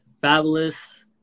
Fabulous